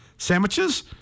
Sandwiches